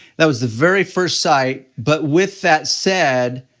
that was the very first site, but with that said,